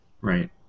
Right